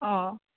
ꯑꯥ